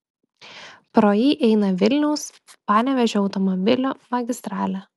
pro jį eina vilniaus panevėžio automobilių magistralė